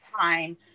time